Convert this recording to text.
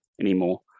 anymore